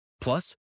Plus